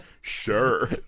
Sure